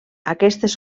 aquestes